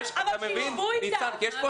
יש פה